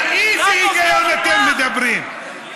על איזה היגיון אתם מדברים?